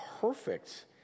perfect